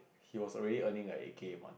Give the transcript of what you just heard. he was already earning like eight K a month